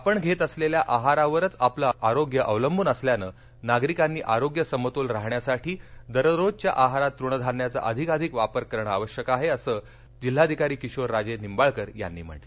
आपण घेत असलेल्या आहारावरच आपलं आरोग्य अवलंबून असल्यानं नागरीकांनी आरोग्य समतोल राहण्यासाठी दररोजच्या आहारात तृणधान्याचा अधिकाधिक वापर करणं आवश्यक आहे असं प्रतिपादन जिल्हाधिकारी किशोर राजे निंबाळकर यांनी यामध्ये केलं